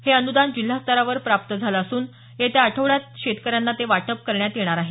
हे अनुदान जिल्हास्तरावर प्राप्त झालं असून येत्या आठवड्यात शेतकऱ्यांना ते वाटप करण्यात येणार आहे